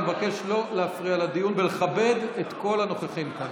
אני מבקש לא להפריע לדיון ולכבד את כל הנוכחים כאן.